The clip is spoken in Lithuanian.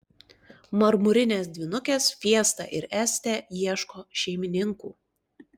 marmurinės dvynukės fiesta ir estė ieško šeimininkų